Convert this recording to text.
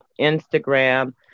Instagram